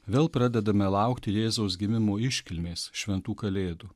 vėl pradedame laukti jėzaus gimimo iškilmės šventų kalėdų